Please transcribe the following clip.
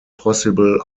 possible